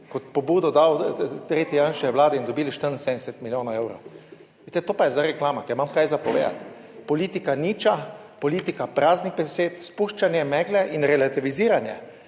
kot pobudo dal tretji Janševi vladi in dobili 74 milijonov evrov. Vidite, to pa je zdaj reklama, ker imam kaj za povedati. Politika niča, politika praznih besed, spuščanje megle in relativiziranje,